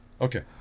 okay